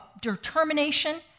determination